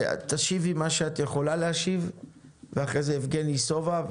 תשיבי מה שאת יכולה להשיב ואחרי זה יבגני סובה,